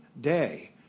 day